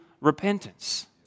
repentance